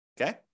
Okay